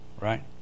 right